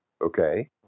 okay